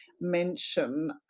Mention